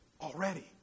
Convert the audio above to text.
Already